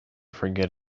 forget